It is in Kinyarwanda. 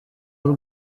w’u